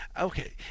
Okay